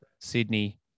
Sydney